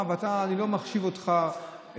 אני לא מחשיב אותך,